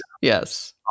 yes